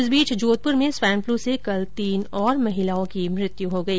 इस बीच जोधपुर में स्वाइन फ्लू से कल तीन और महिलाओं की मृत्यु हो गई